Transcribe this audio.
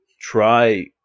try